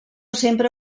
sempre